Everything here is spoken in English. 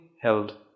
held